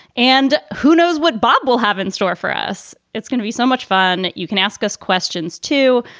and who knows what bob will have in store for us. it's going to be so much fun. you can ask us questions, too.